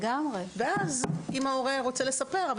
ואז אם ההורה רוצה הוא יספר,